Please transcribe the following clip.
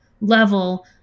level